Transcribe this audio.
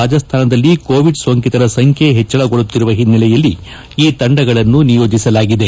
ರಾಜಸ್ತಾನದಲ್ಲಿ ಕೋವಿಡ್ ಸೋಂಕಿತರ ಸಂಬ್ಲೆ ಹೆಚ್ಗಳಗೊಳ್ಳುತ್ತಿರುವ ಹಿನ್ನೆಲೆಯಲ್ಲಿ ಈ ತಂಡಗಳನ್ನು ನಿಯೋಜಿಸಲಾಗಿದೆ